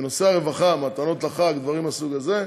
בנושא הרווחה, מתנות לחג ודברים מהסוג הזה,